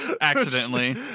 Accidentally